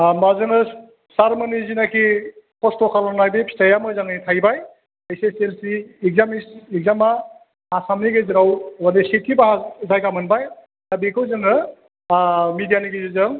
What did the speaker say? होमबा जोङो सारमोननि जेनोखि खस्थ' खालामनाय बे फिथाया मोजाङै थायबाय ऐत्स एस एल सि एक्जामा आसामनि गेजेराव सेथि जायगा मोनबाय दा बेखौ जोङो मिडियानि गेजेरजों